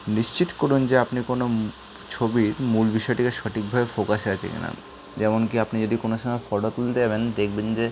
নিশ্চিত করুন যে আপনি কোনো ছবির মূল বিষয়টিকে সঠিকভাবে ফোকাসে আছে কি না যেমন কি আপনি যদি কোনো সমায় ফটো তুলতে যাবেন দেখবেন যে